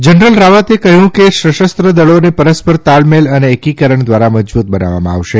general રાવતે કહ્યું કે સશસ્ત્રો દળોને પરસ્પર તાલમેલ અને એકીકરણ દ્વારા મજબૂત બનાવવામાં આવશે